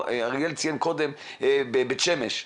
אריאל דיבר קודם על בית שמש,